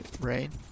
Right